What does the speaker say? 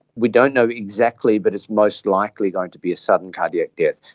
we don't know exactly but it's most likely going to be a sudden cardiac death.